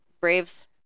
braves